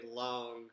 long